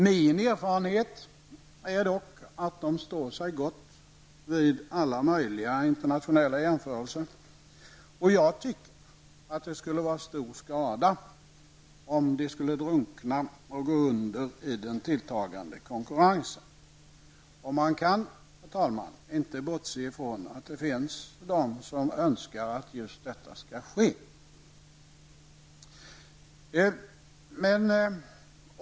Min erfarenhet är dock att de står sig gott vid alla möjliga internationella jämförelser. Jag tycker att det vore stor skada om dessa kanaler skulle drunkna och gå under i den tilltagande konkurrensen. Man kan, herr talman, inte bortse ifrån att det finns de som önskar att just detta skall ske.